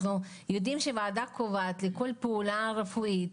אנחנו ידועים שהוועדה קובעת לכל פעולה רפואית,